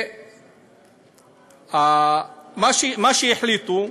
מה שהחליטו,